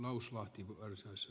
arvoisa puhemies